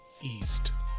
East